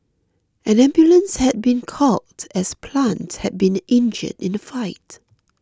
an ambulance had been called as plant had been injured in the fight